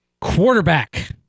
Quarterback